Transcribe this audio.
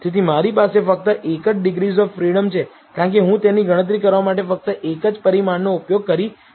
તેથી મારી પાસે ફક્ત એક જ ડિગ્રીઝ ઓફ ફ્રીડમ છે કારણ કે હું તેની ગણતરી કરવા માટે ફક્ત એક જ પરિમાણનો ઉપયોગ કરી રહ્યો છું